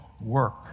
work